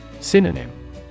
Synonym